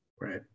Right